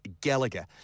Gallagher